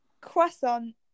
croissant